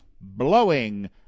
blowing